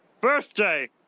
...birthday